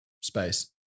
space